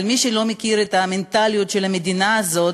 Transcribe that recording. אבל מי שלא מכיר את המנטליות של המדינה הזאת,